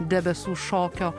debesų šokio